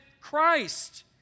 Christ